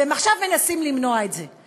והם עכשיו מנסים למנוע את זה.